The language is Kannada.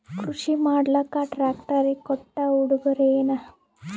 ಕೃಷಿ ಮಾಡಲಾಕ ಟ್ರಾಕ್ಟರಿ ಕೊಟ್ಟ ಉಡುಗೊರೆಯೇನ?